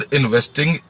investing